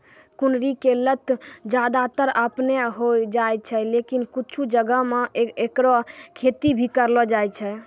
कुनरी के लत ज्यादातर आपनै होय जाय छै, लेकिन कुछ जगह मॅ हैकरो खेती भी करलो जाय छै